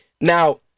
Now